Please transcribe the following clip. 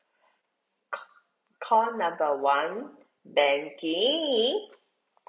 c~ call number one banking